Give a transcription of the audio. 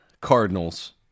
Cardinals